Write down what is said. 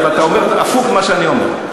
אתה אומר הפוך ממה שאני אומר.